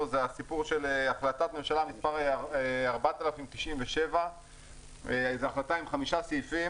זה הסיפור של החלטת ממשלה מספר 4097. זו החלטה עם חמישה סעיפים,